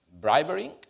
bribery